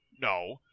no